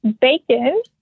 bacon